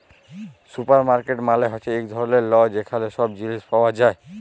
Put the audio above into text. supermarket মালে হ্যচ্যে এক ধরলের ল যেখালে সব জিলিস পাওয়া যায়